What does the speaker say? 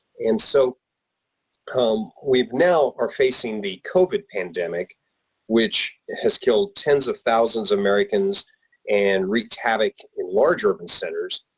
and so um we now are facing the covid pandemic which has killed tens of thousands of americans and wreaked havoc in large urban centers,